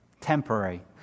temporary